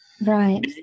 Right